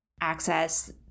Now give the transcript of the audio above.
access